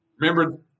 Remember